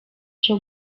cyo